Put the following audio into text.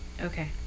okay